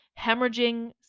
hemorrhaging